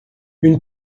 une